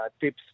tips